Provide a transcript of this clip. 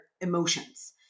emotions